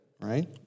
right